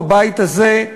בבית הזה,